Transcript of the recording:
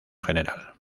general